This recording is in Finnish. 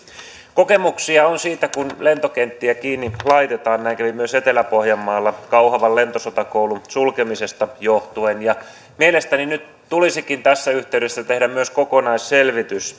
kokemuksia on siitä kun lentokenttiä laitetaan kiinni näin kävi myös etelä pohjanmaalla kauhavan lentosotakoulun sulkemisesta johtuen mielestäni nyt tulisikin tässä yhteydessä tehdä myös kokonaisselvitys